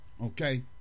Okay